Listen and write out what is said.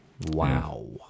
wow